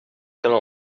gonna